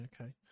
okay